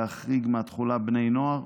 להחריג מהתחולה בני נוער,